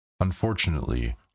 Unfortunately